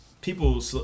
people